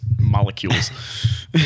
molecules